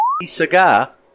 cigar